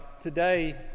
today